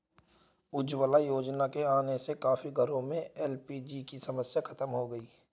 उज्ज्वला योजना के आने से काफी घरों में एल.पी.जी की समस्या खत्म हो गई